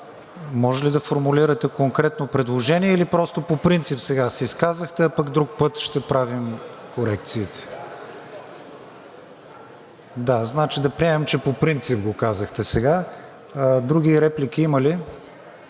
Може ли да формулирате конкретно предложение или просто по принцип се изказахте сега, а друг път ще правим корекциите? (Реплики.) Значи да приемем, че по принцип го казахте сега. Други реплики има ли?